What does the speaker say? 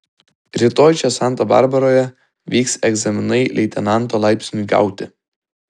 rytoj čia santa barbaroje vyks egzaminai leitenanto laipsniui gauti